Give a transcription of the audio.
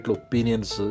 opinions